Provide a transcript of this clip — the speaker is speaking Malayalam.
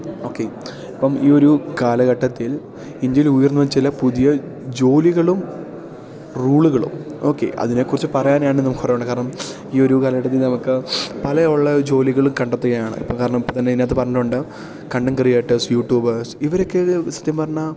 ഓക്കെ ഇപ്പം ഈ ഒരു കാലഘട്ടത്തിൽ ഇന്ത്യയിൽ ഉയർന്നുവന്ന ചില പുതിയ ജോലികളും റോളുകളും ഓക്കെ അതിനെക്കുറിച്ച് പറയാനാണെങ്കിൽ നമുക്ക് കുറെയുണ്ട് കാരണം ഈ ഒരു കാലഘട്ടത്തിൽ നമുക്ക് പല ഉള്ള ജോലികളും കണ്ടെത്തുകയാണ് ഇപ്പം കാരണം ഇപ്പം തന്നെ ഇതിനകത്ത് പറഞ്ഞിട്ടുണ്ട് കണ്ടൻ ക്രിയേറ്റേഴ്സ്സ് യൂട്യൂബേഴ്സ് ഇവരൊക്കെ സത്യം പറഞ്ഞാൽ